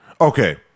okay